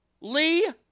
Lee